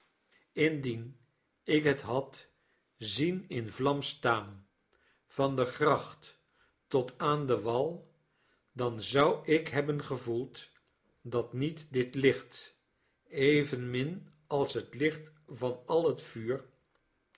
indien ik het had zien in vlam staan van de gracht tot aan den wal dan zou ik hebben gevoeld dat nietdit licht evenmin als al het licht van al het vuur